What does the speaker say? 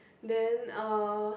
then uh